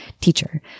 teacher